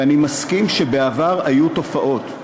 ואני מסכים שבעבר היו תופעות,